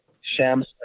Shams